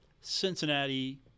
Cincinnati